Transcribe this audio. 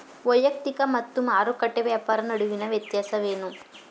ವೈಯಕ್ತಿಕ ಮತ್ತು ಮಾರುಕಟ್ಟೆ ವ್ಯಾಪಾರ ನಡುವಿನ ವ್ಯತ್ಯಾಸವೇನು?